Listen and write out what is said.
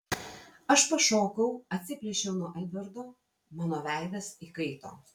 aš pašokau atsiplėšiau nuo edvardo mano veidas įkaito